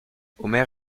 omer